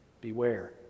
Beware